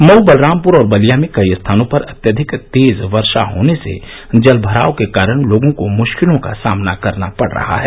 मऊ बलरामपुर और बलिया में कई स्थानों पर अत्यधिक तेज वर्षा होने से जलभराव के कारण लोगों को मुश्किलों का सामना करना पड़ रहा है